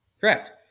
Correct